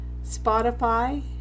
Spotify